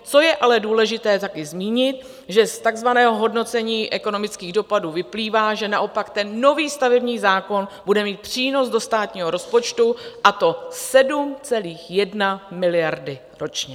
Co je ale důležité: také zmínit, že z takzvaného hodnocení ekonomických dopadů vyplývá, že naopak nový stavební zákon bude mít přínos do státního rozpočtu, a to 7,1 miliardy ročně.